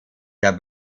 der